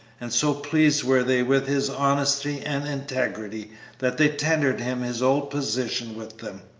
and so pleased were they with his honesty and integrity that they tendered him his old position with them,